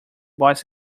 boys